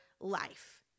life